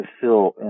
fill